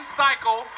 cycle